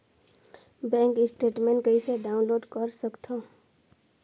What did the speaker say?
Bank statement कइसे download कर सकथव?